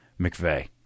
McVeigh